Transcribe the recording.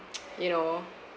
you know